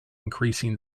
increasing